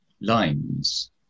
lines